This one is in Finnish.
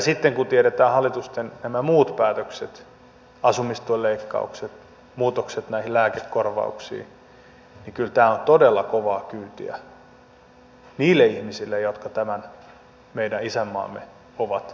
sitten kun tiedetään hallituksen nämä muut päätökset asumistuen leikkaukset muutokset näihin lääkekorvauksiin niin kyllä tämä on todella kovaa kyytiä niille ihmisille jotka tämän meidän isänmaamme ovat rakentaneet